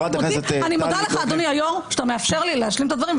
אני מודה לך אדוני היו"ר שאתה מאפשר לי להשלים את הדברים.